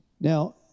Now